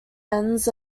ends